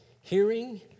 hearing